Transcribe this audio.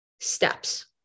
steps